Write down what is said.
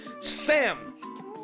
Sam